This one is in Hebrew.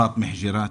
פטמה חג'יראת.